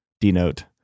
denote